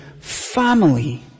family